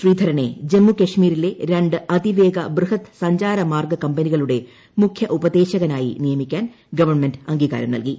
ശ്രീധരനെ ജമ്മുകശ്മീരിലെ ര ് ആത്തീവേഗ ബൃഹത്ത് സഞ്ചാര മാർഗ്ഗ കമ്പനികളുടെ മുഖ്യ ഉപ്പൂദ്ദേശകനായി നിയമിക്കാൻ ഗവൺമെന്റ് അംഗീകാരം നൽകി